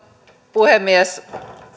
puhemies